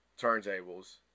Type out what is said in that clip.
turntables